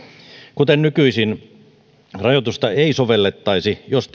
kuten nykyisin rajoitusta ei sovellettaisi jos